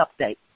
update